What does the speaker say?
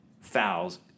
fouls